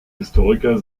historiker